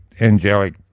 angelic